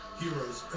heroes